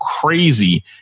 crazy